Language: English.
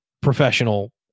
professional